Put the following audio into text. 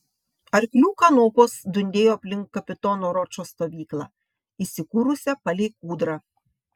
arklių kanopos dundėjo aplink kapitono ročo stovyklą įsikūrusią palei kūdrą